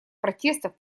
протестов